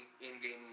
in-game